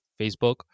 Facebook